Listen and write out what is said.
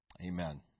Amen